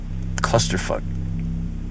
clusterfuck